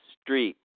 Street